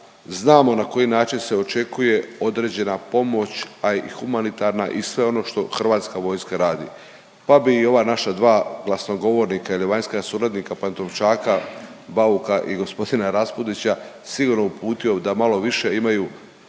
znamo na koji način se očekuje određena pomoć, a i humanitarna i sve ono što Hrvatska vojska radi pa bi i ova naša dva glasnogovornika ili vanjska suradnika Pantovčaka Bauka i gospodina Raspudića, sigurno uputio da malo više imaju